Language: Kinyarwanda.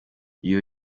iyo